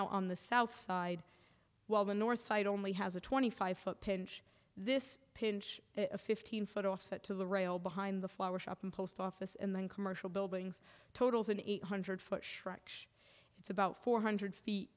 out on the south side while the north side only has a twenty five foot pinch this pinch a fifteen foot offset to the rail behind the flower shop and post office and then commercial buildings totals an eight hundred foot shrug it's about four hundred feet